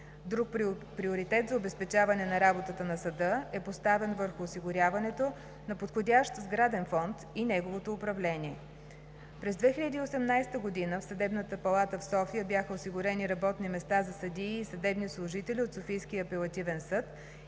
Друг приоритет за обезпечаване на работата на съда е поставен върху осигуряването на подходящ сграден фонд и неговото управление. През 2018 г. в Съдебната палата в София бяха осигурени работни места за съдии и съдебни служители от Софийския апелативен съд